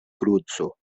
kruco